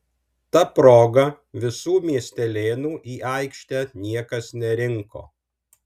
ta proga visų miestelėnų į aikštę niekas nerinko